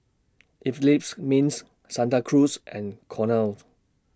Eclipse Mints Santa Cruz and Cornell